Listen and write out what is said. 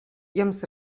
jiems